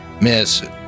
Miss